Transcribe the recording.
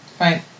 Right